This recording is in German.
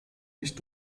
nicht